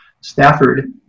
Stafford